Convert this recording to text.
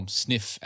sniff